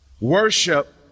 Worship